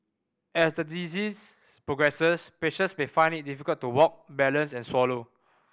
as the disease progresses patients may find it difficult to walk balance and swallow